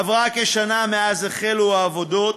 עברה כשנה מאז החלו העבודות,